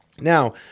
Now